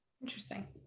Interesting